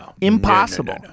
Impossible